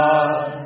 God